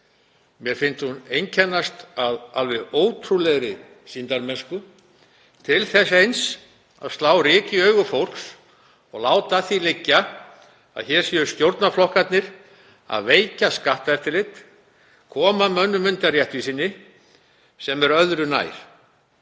Mér finnst hann einkennast af alveg ótrúlegri sýndarmennsku til þess eins að slá ryki í augu fólks og láta að því liggja að hér séu stjórnarflokkarnir að veikja skatteftirlit og koma mönnum undan réttvísinni, sem er öðru nær.